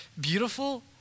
beautiful